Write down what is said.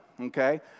okay